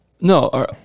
no